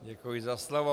Děkuji za slovo.